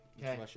Okay